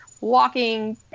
walking